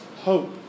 hope